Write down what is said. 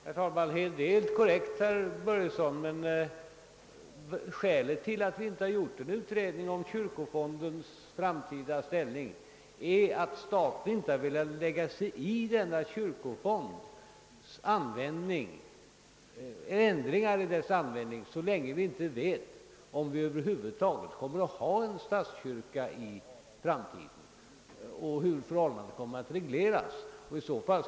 Herr talman! Herr Börjesson i Falköping minns helt korrekt. Skälet till att vi inte gjort en utredning om kyrkofondens framtida ställning är att vi inte vet om vi över huvud taget kommer att ha en statskyrka i framtiden. Så länge vi inte har klart för oss hur förhållandena kommer att regleras vill vi inte ta initiativ till ändringar av reglerna om kyrkofondens användning.